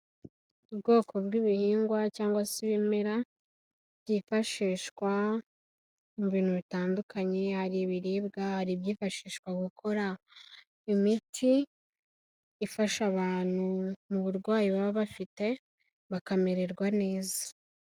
Ubwoko bw'ibihingwa cyangwa se ibimera byifashishwa mu bintu bitandukanye, hari ibiribwa, hari ibyifashishwa gukora imiti ifasha abantu mu burwayi baba bafite bakamererwa neza.